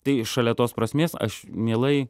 tai šalia tos prasmės aš mielai